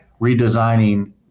redesigning